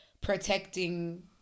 protecting